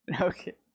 Okay